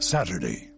Saturday